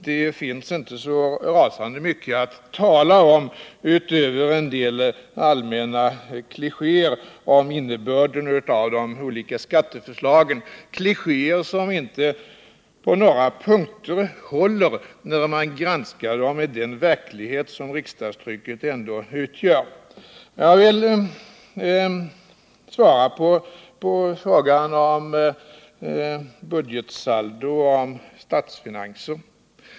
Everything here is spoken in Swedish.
Det finns där inte så rasande mycket att tala om utöver en del allmänna klichéer om innebörden i de olika skatteförslagen, klichéer som på några punkter inte håller när man granskar dem i den verklighet som riksdagstrycket ändå utgör. Jag vill svara på frågan om budgetsaldo och statsfinanser.